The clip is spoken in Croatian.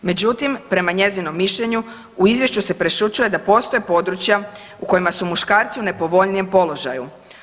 Međutim, prema njezinom mišljenju u izvješću se prešućuje da postoje područja u kojima su muškarci u nepovoljnijem položaju.